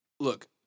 Look